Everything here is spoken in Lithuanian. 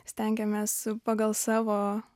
stengiamės pagal savo